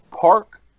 park